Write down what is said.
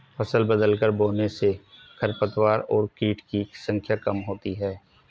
फसल बदलकर बोने से खरपतवार और कीट की संख्या कम होती है